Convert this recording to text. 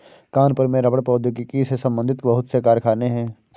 कानपुर में रबड़ प्रौद्योगिकी से संबंधित बहुत से कारखाने है